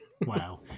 Wow